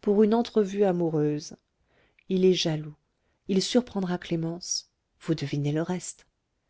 pour une entrevue amoureuse il est jaloux il surprendra clémence vous devinez le reste